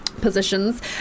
positions